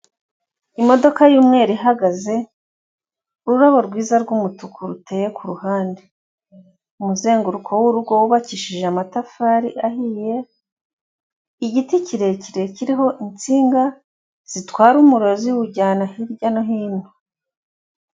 Imodoka y'umweru ihagaze, ururabo rwiza rw'umutuku ruteye ku ruhande. Umuzenguruko w'urugo wubakishije amatafari ahiye, igiti kirekire kiriho insinga zitwara umuriro ziwujyana hirya no hino.